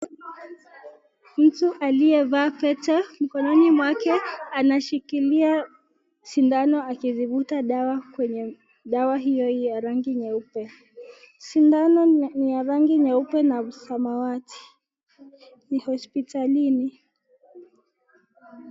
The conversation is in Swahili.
Mtu aliyevaa Pete mkononi mwake anashikilia sindano akizivuta dawa hiyo ya rangi nyeupe. Sindano niya rangi nyeupe na samawati, ni hospitalini.